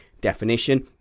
definition